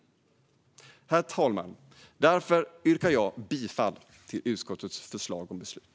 Herr talman! Därför yrkar jag bifall till utskottets förslag till beslut.